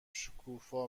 شکوفا